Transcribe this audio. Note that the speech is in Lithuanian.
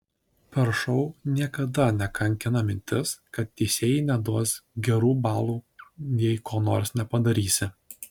per šou niekada nekankina mintis kad teisėjai neduos gerų balų jei ko nors nepadarysi